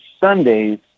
Sundays